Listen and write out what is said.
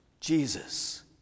Jesus